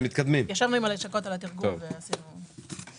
ישבנו עם הלשכות על התרגום, ועשינו אותו.